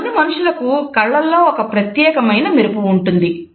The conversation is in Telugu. కొంతమంది మనుషులకు కళ్ళలో ఒక ప్రత్యేకమైన మెరుపు ఉంటుంది